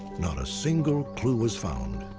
not a single clue was found.